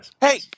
Hey